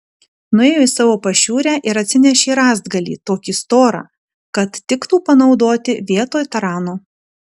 nuėjo į savo pašiūrę ir atsinešė rąstgalį tokį storą kad tiktų panaudoti vietoj tarano